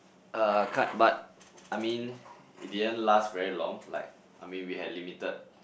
uh kind but I mean it didn't last very long like I mean we had limited